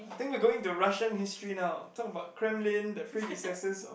I think we going to Russian history now talk about the claims land the predecessor of